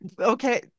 Okay